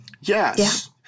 Yes